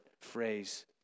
phrase